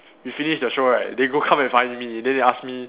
we finish the show right they go come and find then they ask me